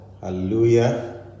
Hallelujah